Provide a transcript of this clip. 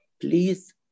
Please